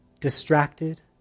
distracted